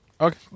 okay